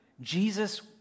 Jesus